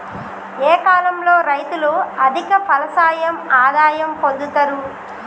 ఏ కాలం లో రైతులు అధిక ఫలసాయం ఆదాయం పొందుతరు?